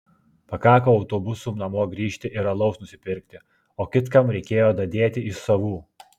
pakako autobusu namo grįžti ir alaus nusipirkti o kitkam reikėjo dadėti iš savų